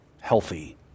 healthy